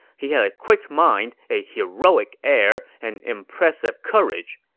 he had a quick mind, a heroic air, and impressive courage.